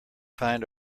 find